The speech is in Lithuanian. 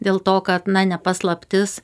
dėl to kad na ne paslaptis